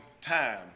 time